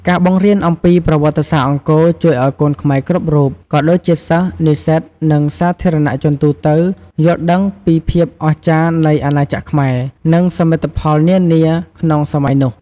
ការបង្រៀនអំពីប្រវត្តិសាស្រ្តអង្គរ ជួយឲ្យកូនខ្មែរគ្រប់រូប ក៏ដូចជាសិស្ស និស្សិត និងសាធារណជនទូទៅ យល់ដឹងពីភាពអស្ចារ្យនៃអាណាចក្រខ្មែរ និងសមិទ្ធផលនានាក្នុងសម័យនោះ។